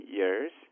years